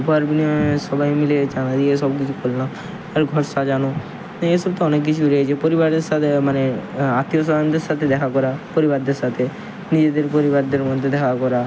উপহার বিনিময়ে সবাই মিলে চাঁদা দিয়ে সব কিছু করলাম এবারে ঘর সাজানো এ সব তো অনেক কিছু রয়েছে পরিবারে সাথে মানে আত্মীয় স্বজনদের সাতে দেখা করা পরিবারদের সাথে নিজেদের পরিবারদের মধ্যে দেখা করা